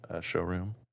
showroom